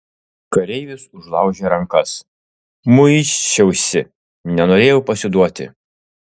kareivis užlaužė rankas muisčiausi nenorėjau pasiduoti